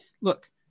look